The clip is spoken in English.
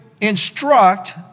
instruct